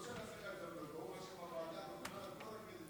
התשפ"ג 2023, לוועדת הכלכלה נתקבלה.